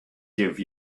give